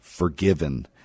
Forgiven